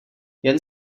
jen